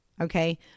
okay